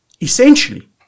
essentially